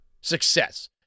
success